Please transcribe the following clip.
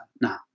Now